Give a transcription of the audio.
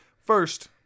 First